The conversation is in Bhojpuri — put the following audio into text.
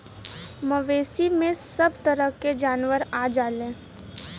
मवेसी में सभ तरह के जानवर आ जायेले